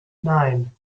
nine